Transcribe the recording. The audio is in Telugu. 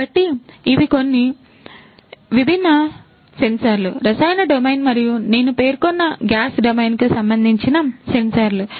కాబట్టి ఇవి కొన్ని విభిన్న సెన్సార్లు రసాయన డొమైన్ మరియు నేను పేర్కొన్న గ్యాస్ డొమైన్ కు సంబంధించిన సెన్సార్లు